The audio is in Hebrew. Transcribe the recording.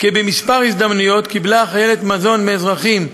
כי בכמה הזדמנויות קיבלה החיילת מזון מאזרחים,